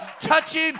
touching